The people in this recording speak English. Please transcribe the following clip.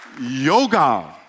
yoga